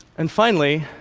and finally,